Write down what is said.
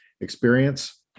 experience